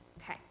Okay